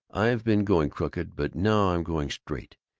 i've been going crooked, but now i'm going straight,